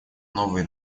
новые